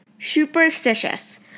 Superstitious